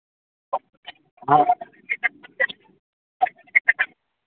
हाँ